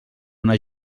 una